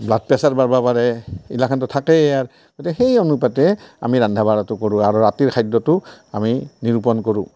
blood pressure বাঢ়বা পাৰে এইগিলাখানটো থাকেই আৰ গতিকে সেই অনুপাতে আমি ৰান্ধা বাঢ়াটো কৰোঁ আৰু ৰাতিৰ খাদ্যটো আমি নিৰূপণ কৰোঁ